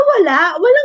walang